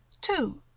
two